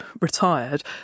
retired